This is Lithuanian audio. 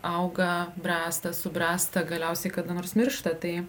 auga bręsta subręsta galiausiai kada nors miršta tai